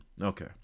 Okay